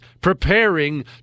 preparing